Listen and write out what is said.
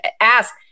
ask